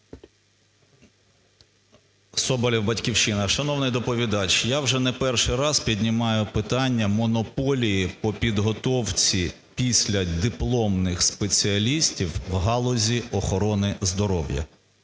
Соболєв, "Батьківщина". Шановний доповідач, я вже не перший раз піднімаю питання монополії по підготовці післядипломних спеціалістів у галузі охорони здоров'я.